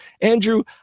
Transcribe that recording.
Andrew